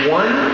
one